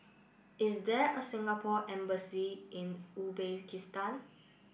is there a Singapore embassy in Uzbekistan